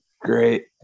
Great